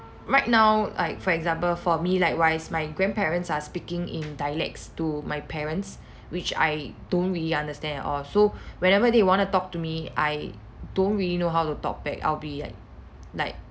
right now like for example for me likewise my grandparents are speaking in dialects to my parents which I don't really understand at all so wherever they want to talk to me I don't really know how to talk back I'll be like like